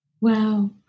Wow